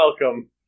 Welcome